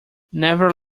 never